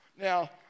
Now